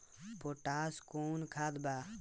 Potash कोउन खाद बा?